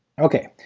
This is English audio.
okay,